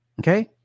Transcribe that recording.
Okay